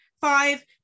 Five